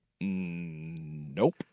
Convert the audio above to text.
Nope